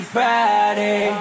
Friday